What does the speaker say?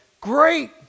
great